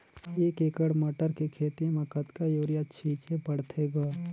एक एकड़ मटर के खेती म कतका युरिया छीचे पढ़थे ग?